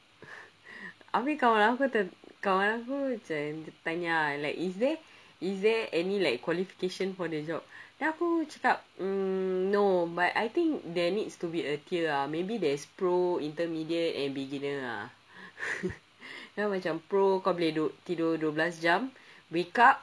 habis kawan aku kawan aku macam tanya ah like is there is there any like qualifications for the job then aku cakap mm no but I think there needs to be a tier ah maybe there's pro intermediate and beginner ah kau macam pro kau boleh tidur dua belas jam wake up